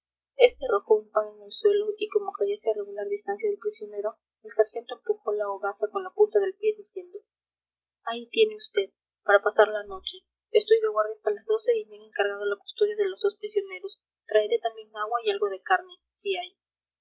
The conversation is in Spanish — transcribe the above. en el suelo y como cayese a regular distancia del prisionero el sargento empujó la hogaza con la punta del pie diciendo ahí tiene vd para pasar la noche estoy de guardia hasta las doce y me han encargado la custodia de los dos prisioneros traeré también agua y algo de carne si hay